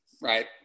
right